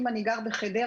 אם אני גר בחדרה,